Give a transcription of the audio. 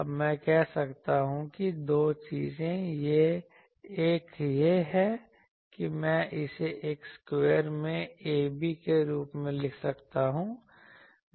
अब मैं कह सकता हूं कि दो चीजें एक यह है कि मैं इसे एक स्क्वायर में ab के रूप में लिख सकता हूँ